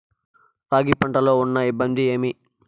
రాగి పంటలో ఉన్న ఇబ్బంది ఏమి?